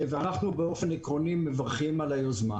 ואנחנו באופן עקרוני מברכים על היוזמה.